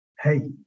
hey